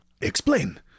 Explain